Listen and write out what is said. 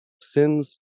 sins